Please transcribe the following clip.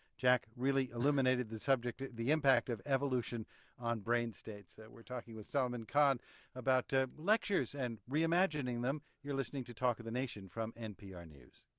jack really illuminated the subject, the impact of evolution on brain states. we're talking with salman khan about lectures and re-imagining them. you're listening to talk of the nation from npr news.